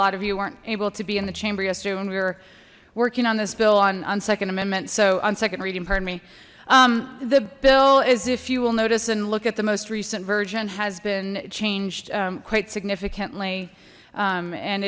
lot of you weren't able to be in the chamber yesterday when we were working on this bill on second amendment so on second reading pardon me the bill is if you will notice and look at the most recent version has been changed quite significantly